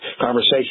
conversation